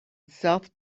south